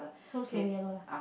close to yellow lah